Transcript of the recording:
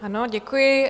Ano, děkuji.